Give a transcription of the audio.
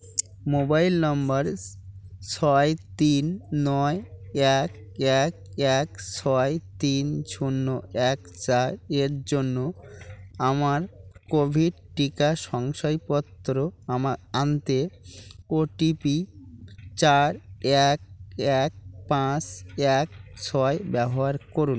mobile নম্বর ছয় তিন নয় এক এক এক ছয় তিন শূন্য এক চার এর জন্য আমার কোভিড টিকা শংসাপত্র আমার আনতে ও টি পি চার এক এক পাঁচ এক ছয় ব্যবহার করুন